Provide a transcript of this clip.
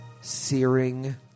Searing